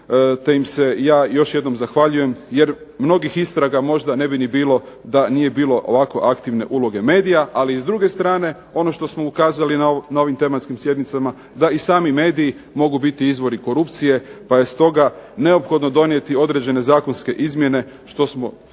im se ja još jednom zahvaljujem jer mnogih istraga možda ne bi ni bilo da nije bilo ovako aktivne uloge medija, ali i s druge strane ono što smo ukazali na ovim tematskim sjednicama da i sami mediji mogu biti izvori korupcije pa je stoga neophodno donijeti određene zakonske izmjene što smo isticali